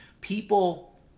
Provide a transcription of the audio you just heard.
People